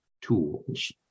tools